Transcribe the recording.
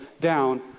down